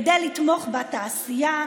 כדי לתמוך בתעשייה.